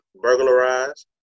burglarized